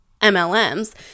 MLMs